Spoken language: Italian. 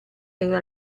era